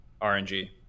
RNG